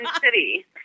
city